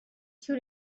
two